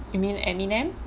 you mean eminem